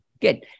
good